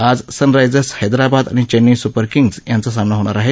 आज सनरायजर्स हैदराबाद आणि Chennai super kings यांचा सामना होणार आहे